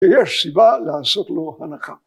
ויש סיבה לעשות לו הנחה.